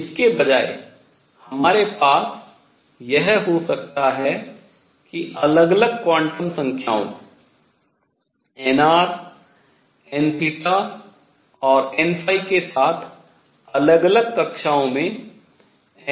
इसके बजाय हमारे पास यह हो सकता है कि अलग अलग क्वांटम संख्याओं nr nऔर nके साथ अलग अलग कक्षाओं में nrn